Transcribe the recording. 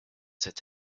that